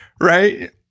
right